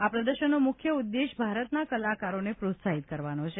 આ પ્રદર્શનનો મુખ્ય ઉદેશ્ય ભારતના કલાકારોને પ્રોત્સાહિત કરવાનો છે